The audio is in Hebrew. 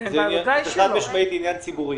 זה חד-משמעי עניין ציבורי.